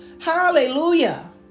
Hallelujah